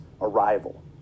arrival